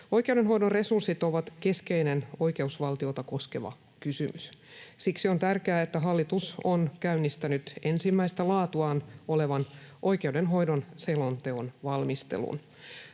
Oikeudenhoidon resurssit ovat keskeinen oikeusvaltiota koskeva kysymys. Siksi on tärkeää, että hallitus on käynnistänyt ensimmäistä laatuaan olevan oikeudenhoidon selonteon valmistelun.